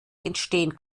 entstehen